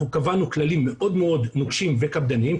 אנחנו קבענו כללים מאוד מאוד נוקשים וקפדניים,